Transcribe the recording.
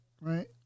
right